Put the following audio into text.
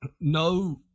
no